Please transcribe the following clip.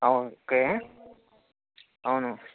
okay అవును